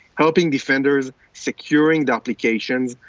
helping defenders securing the applications,